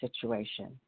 situation